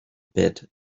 bit